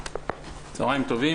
צוהריים טובים,